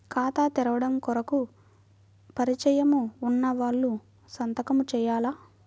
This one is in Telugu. ఖాతా తెరవడం కొరకు పరిచయము వున్నవాళ్లు సంతకము చేయాలా?